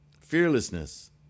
fearlessness